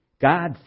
God